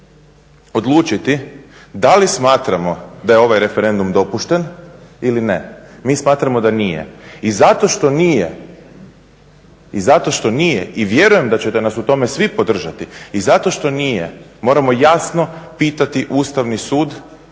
da li smatramo da je ovaj referendum dopušten ili ne? Mi smatramo da nije i zato što nije i vjerujemo da ćete nas u tome svi podržati i zato što nije moramo jasno pitati Ustavni sud